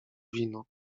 wino